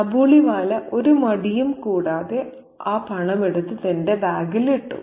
കാബൂളിവാല ഒരു മടിയും കൂടാതെ പണം എടുത്ത് തന്റെ ബാഗിൽ ഇട്ടു